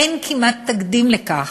אין כמעט תקדים לכך,